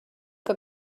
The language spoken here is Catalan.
que